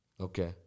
Okay